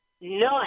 None